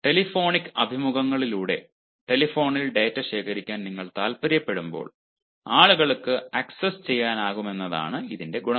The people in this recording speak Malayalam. ടെലിഫോണിക് അഭിമുഖങ്ങളിലൂടെ ടെലിഫോണിൽ ഡാറ്റ ശേഖരിക്കാൻ നിങ്ങൾ താൽപ്പര്യപ്പെടുമ്പോൾ ആളുകൾക്ക് ആക്സസ് ചെയ്യാനാകുമെന്നതാണ് ഇതിന്റെ ഗുണങ്ങൾ